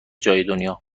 دنیا